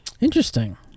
interesting